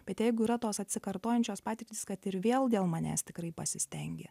bet jeigu yra tos atsikartojančios patirtys kad ir vėl dėl manęs tikrai pasistengė